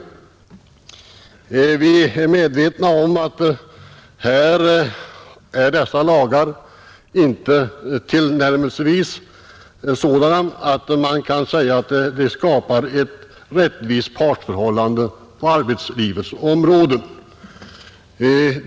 Vi är medvetna om att dessa lagar inte tillnärmelsevis är sådana att man kan säga att de skapar ett rättvist partsförhållande på arbetslivets område.